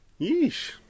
Yeesh